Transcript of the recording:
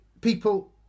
People